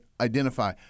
Identify